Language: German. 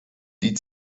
die